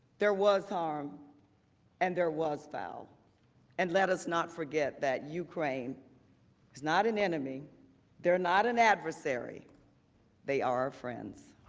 there was, um and there was down and let us not forget that ukraine is not an enemy there not an adversary they are friends